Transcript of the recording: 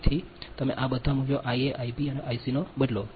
તેથી તમે આ બધા મૂલ્યો Ia Ib Ic નો બદલો